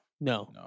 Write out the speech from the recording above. No